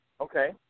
Okay